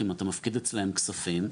אם אתה מפקיד אצלם כספים,